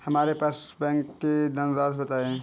हमें हमारे बैंक की पासबुक की धन राशि बताइए